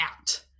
out